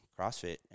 crossfit